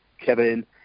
Kevin